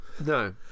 No